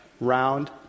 round